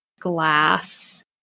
glass